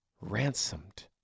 ransomed